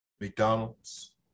McDonald's